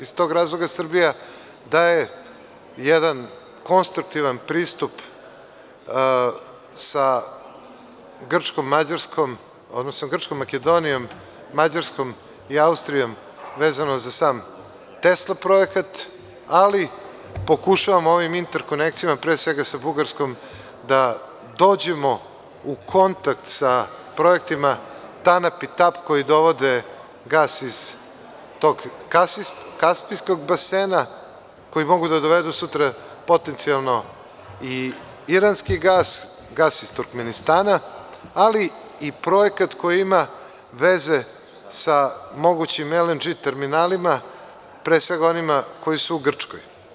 Iz tog razloga, Srbija daje jedan konstruktivan pristup sa Grčkom – Mađarskom, odnosno sa Grčkom – Makedonijom – Mađarskom i Austrijom, vezano za sam Tesla projekat, ali pokušavamo sa ovim interkonekcijama, pre svega sa Bugarskom, da dođemo u kontakt sa projektima Tanap i Tap koji dovode gas iz tog Kaspijskog basena, koji mogu da dovedu sutra potencijalno i Iranski gas, gas iz Turkmenistana, ali i projekat koji ima veze sa mogućim LNG terminalima, pre svega onima koji su u Grčkoj.